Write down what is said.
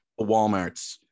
Walmarts